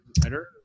better